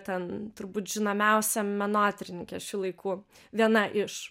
ten turbūt žinomiausią menotyrininkę šių laikų viena iš